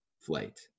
flight